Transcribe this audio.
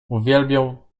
uwielbiał